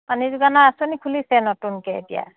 পানী যোগানৰ আঁচনি খুলিছে নতুনকৈ এতিয়া